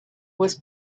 was